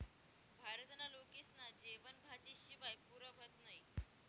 भारतना लोकेस्ना जेवन भाजी शिवाय पुरं व्हतं नही